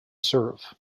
serve